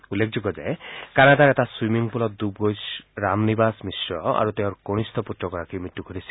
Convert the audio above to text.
উল্লেখযোগ্য যে কানাডাৰ এটা চুইমিংপুলত ডুব গৈ ৰামনিৱাস মিশ্ৰ আৰু তেওঁৰ কনিষ্ঠ পুত্ৰগৰাকীৰ মৃত্যু ঘটিছিল